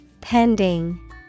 Pending